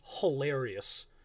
hilarious